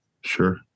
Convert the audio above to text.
Sure